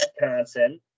Wisconsin